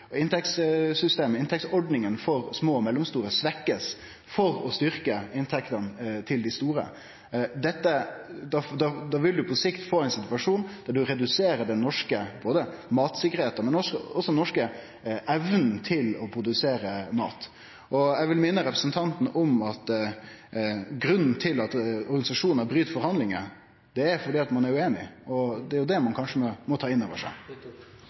at inntektsordninga for små og mellomstore bruk blir svekt for å styrkje inntektene til dei store. Da vil ein på sikt få ein situasjon der ein reduserer både den norske matsikkerheita og den norske evna til å produsere mat. Eg vil minne representanten om at grunnen til at organisasjonar bryt forhandlingar, er fordi ein er ueinig. Det er det ein kanskje må ta inn over seg.